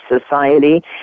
society